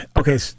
Okay